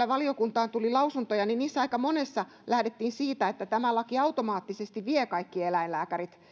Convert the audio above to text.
valiokuntaan tuli lausuntoja niin niissä aika monessa lähdettiin siitä että tämä laki automaattisesti vie kaikki eläinlääkärit